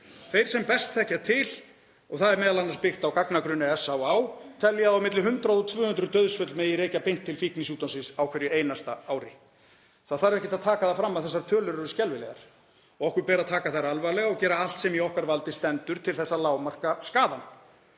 Þeir sem best þekkja til, og það er m.a. byggt á gagnagrunni SÁÁ, telja að á milli 100 og 200 dauðsföll megi rekja beint til fíknisjúkdómsins á hverju einasta ári. Það þarf ekki að taka það fram að þessar tölur eru skelfilegar og okkur ber að taka þær alvarlega og gera allt sem í okkar valdi stendur til að lágmarka skaðann.